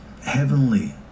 Heavenly